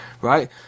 right